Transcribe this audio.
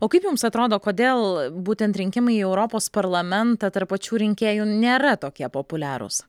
o kaip jums atrodo kodėl būtent rinkimai į europos parlamentą tarp pačių rinkėjų nėra tokie populiarūs